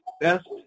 best